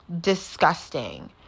disgusting